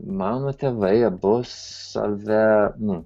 mano tėvai abu save nu